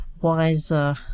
wiser